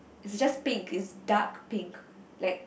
it's just pink it's dark pink like